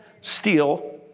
Steal